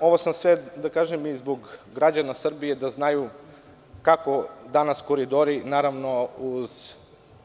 Ovo sam sve rekao i zbog građana Srbije, da znaju kako danas „Koridori“, naravno, uz